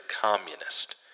communist